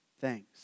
thanks